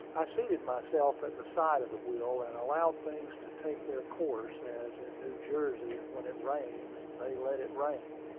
i seated myself at the side of the wheel, and allowed things to take their course, as, in new jersey, when it rains, they let it rain.